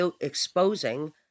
exposing